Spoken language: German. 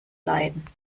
leiden